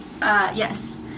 Yes